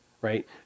right